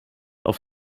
auf